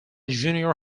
junior